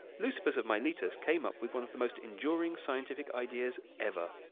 leucippus of miletus came up with one of the most enduring scientific ideas ever.